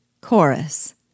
Chorus